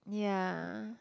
ya